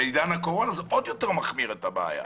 בעידן הקורונה זה עוד יותר מחמיר את הבעיה.